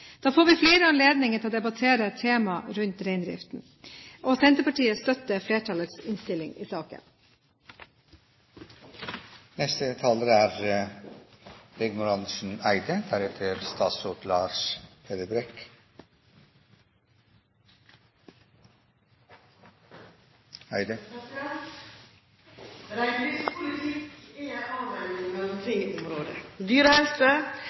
Da får vi flere anledninger til å debattere temaer rundt reindriften. Senterpartiet støtter flertallets innstilling i saken. Reindriftspolitikk er en avveining mellom tre områder: dyrehelse, næringsgrunnlag og økologisk bærekraft. Det er